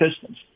Pistons